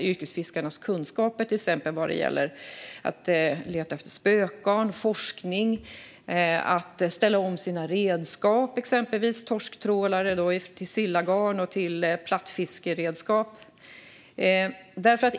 yrkesfiskarnas kunskaper till exempel vad gäller att leta efter spökgarn, forskning och att ställa om sina redskap, exempelvis att gå från torsktrålare till sillgarn och plattfiskeredskap.